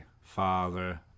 father